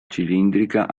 cilindrica